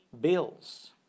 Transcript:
bills